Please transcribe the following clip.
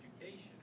education